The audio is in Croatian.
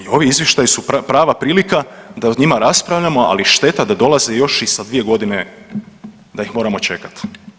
I ovi izvještaji su prava prilika da o njima raspravljamo, ali šteta da dolaze još i sa dvije godine da ih moramo čekati.